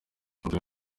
dore